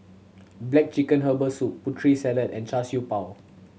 black chicken herbal soup Putri Salad and Char Siew Bao